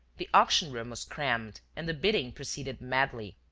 the auction-room was crammed and the bidding proceeded madly.